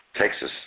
Texas